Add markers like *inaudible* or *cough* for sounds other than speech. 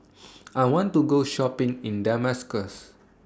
*noise* I want to Go Shopping in Damascus